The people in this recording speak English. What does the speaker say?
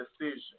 decision